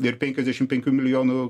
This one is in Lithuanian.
ir penkiasdešim penkių milijonų